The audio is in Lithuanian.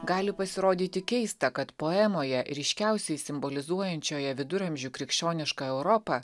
gali pasirodyti keista kad poemoje ryškiausiai simbolizuojančioje viduramžių krikščionišką europą